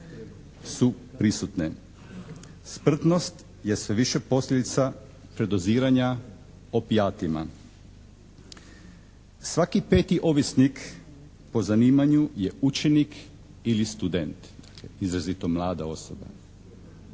su prisutne. Smrtnost je sve više posljedica predoziranja opijatima. Svaki peti ovisnik po zanimanju je učenik ili student, dakle izrazito mlada osoba.